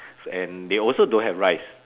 so and they also don't have rice